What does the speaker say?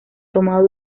tomado